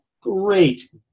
great